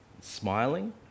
smiling